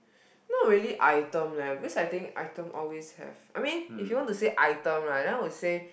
not really item leh because I think item always have I mean if you want to say item right then I would say